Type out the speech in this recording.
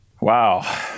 wow